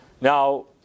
Now